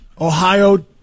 Ohio